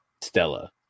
Stella